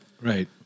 Right